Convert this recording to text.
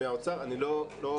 מהאוצר זה לא עניין שלנו אבל --- גור,